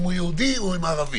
אם הוא יהודי או אם הוא ערבי.